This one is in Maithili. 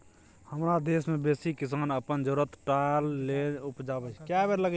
हमरा देश मे बेसी किसान अपन जरुरत टा लेल उपजाबै छै